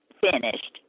finished